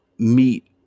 meet